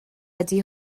ydy